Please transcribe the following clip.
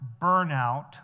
burnout